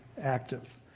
active